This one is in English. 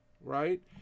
right